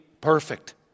perfect